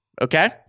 Okay